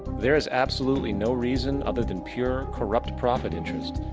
there is absolutely no reason, other than pure, corrupt profit interests,